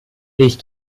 ich